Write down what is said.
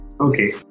Okay